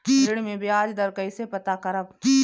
ऋण में बयाज दर कईसे पता करब?